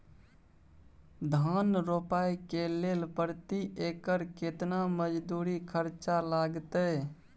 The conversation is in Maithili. धान रोपय के लेल प्रति एकर केतना मजदूरी खर्चा लागतेय?